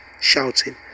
shouting